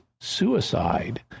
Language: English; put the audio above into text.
suicide